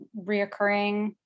reoccurring